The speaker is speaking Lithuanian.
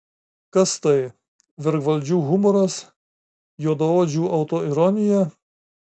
kas tai vergvaldžių humoras juodaodžių autoironija